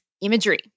imagery